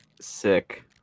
Sick